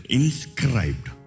inscribed